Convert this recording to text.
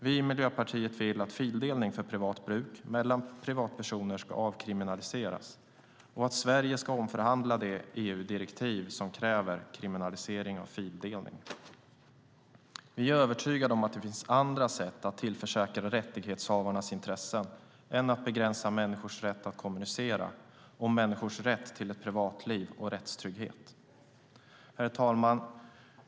Vi i Miljöpartiet vill att fildelning för privat bruk mellan privatpersoner ska avkriminaliseras och att Sverige ska omförhandla det EU-direktiv som kräver kriminalisering av fildelning. Vi är övertygade om att det finns andra sätt att tillförsäkra rättighetshavarnas intressen än att begränsa människors rätt att kommunicera och människors rätt till ett privatliv och rättstrygghet. Herr talman!